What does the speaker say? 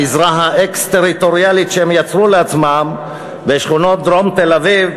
בגזרה האקסטריטוריאלית שהם יצרו לעצמם בשכונות דרום תל-אביב,